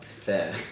Fair